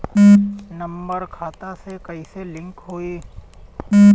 Number खाता से कईसे लिंक होई?